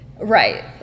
right